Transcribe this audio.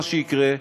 מה שיקרה,